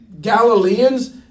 Galileans